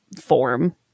form